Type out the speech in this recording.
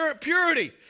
purity